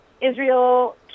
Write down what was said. Israel